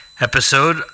episode